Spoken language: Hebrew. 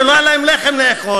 שלא היה להם לחם לאכול,